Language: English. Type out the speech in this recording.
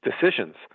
decisions